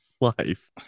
life